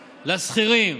לשכירים,